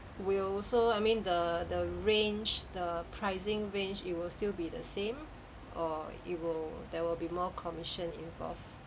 will also I mean the the range the pricing range it will still be the same or it will there will be more commission involved